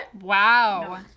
Wow